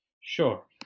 Sure